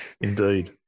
indeed